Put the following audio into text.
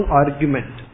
argument